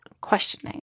questioning